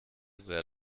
sehr